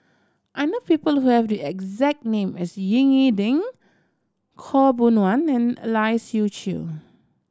I know people who have the exact name as Ying E Ding Khaw Boon Wan and a Lai Siu Chiu